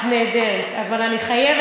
את נהדרת, אבל אני חייבת.